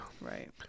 Right